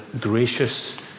gracious